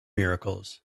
miracles